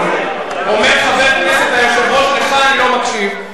אומר חבר כנסת ליושב-ראש: לך אני לא מקשיב,